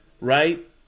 right